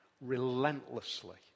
relentlessly